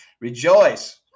Rejoice